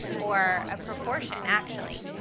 or a proportion actually.